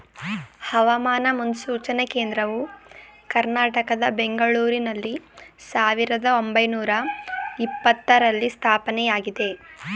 ಹವಾಮಾನ ಮುನ್ಸೂಚನೆ ಕೇಂದ್ರವು ಕರ್ನಾಟಕದ ಬೆಂಗಳೂರಿನಲ್ಲಿ ಸಾವಿರದ ಒಂಬೈನೂರ ಎಪತ್ತರರಲ್ಲಿ ಸ್ಥಾಪನೆಯಾಗಿದೆ